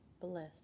bliss